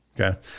Okay